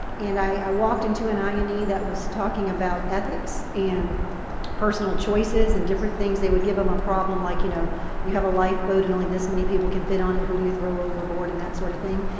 and i walked into an i and e that was talking about ethics, and personal choices, and different things. they would give them a problem, like, you know you have a lifeboat, and only this many people can fit on it. who do you throw overboard and that sort of thing.